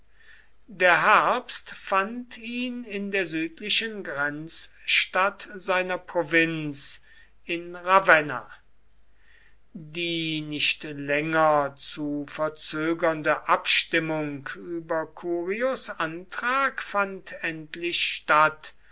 der herbst fand ihn in der südlichen grenzstadt seiner provinz in ravenna die nicht länger zu verzögernde abstimmung über curios antrag fand endlich statt